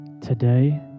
today